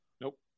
Nope